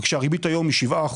כשהריבית היום היא 7%,